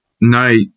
Night